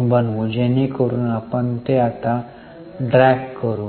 बनवू जेणेकरुन आपण ते आता ड्रॅग करू